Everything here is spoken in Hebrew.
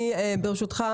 דרור,